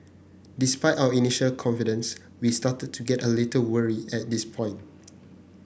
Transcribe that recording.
despite our initial confidence we started to get a little wary at this point